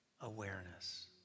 awareness